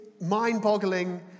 mind-boggling